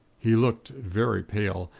he looked very pale,